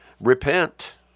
repent